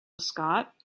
scott